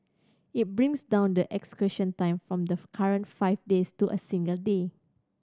it brings down the execution time from the current five days to a single day